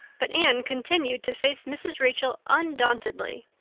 but anne continued to face mrs. rachel undauntedly,